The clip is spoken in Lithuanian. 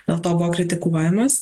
dėl to buvo kritikuojamas